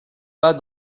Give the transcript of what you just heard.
pas